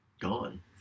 gone